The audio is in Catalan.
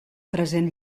present